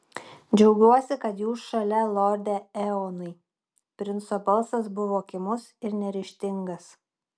džiaugiuosi kad jūs šalia lorde eonai princo balsas buvo kimus ir neryžtingas